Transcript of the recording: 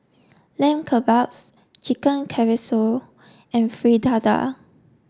Lamb Kebabs Chicken Casserole and Fritada